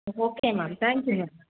okay ma'am thank you ma'am